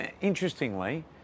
interestingly